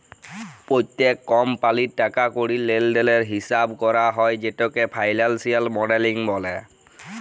প্যত্তেক কমপালির টাকা কড়ির লেলদেলের হিচাব ক্যরা হ্যয় যেটকে ফিলালসিয়াল মডেলিং ব্যলে